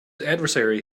adversary